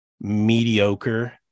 mediocre